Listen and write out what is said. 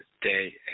day